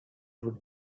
would